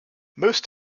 most